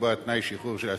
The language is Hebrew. לקבוע תנאי שחרור של אסיר,